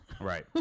right